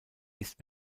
ist